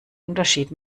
unterschied